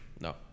No